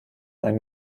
einen